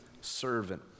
servant